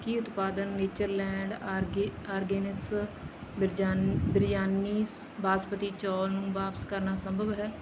ਕੀ ਉਤਪਾਦ ਨੇਚਰਲੈਂਡ ਆਰਗੇ ਆਰਗੈਨਿਕਸ ਬਿਰਜਾਨ ਬਿਰਯਾਨੀਸ ਬਾਸਮਤੀ ਚੌਲ ਨੂੰ ਵਾਪਸ ਕਰਨਾ ਸੰਭਵ ਹੈ